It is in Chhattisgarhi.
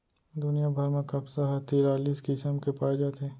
दुनिया भर म कपसा ह तिरालिस किसम के पाए जाथे